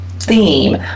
theme